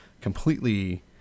completely